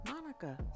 Monica